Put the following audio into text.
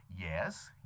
Yes